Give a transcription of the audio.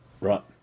Right